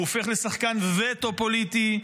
הוא הופך לשחקן וטו פוליטי,